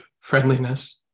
friendliness